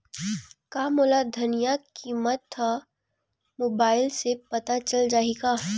का मोला धनिया किमत ह मुबाइल से पता चल जाही का?